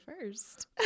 first